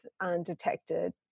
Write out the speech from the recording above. undetected